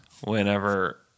whenever